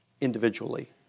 individually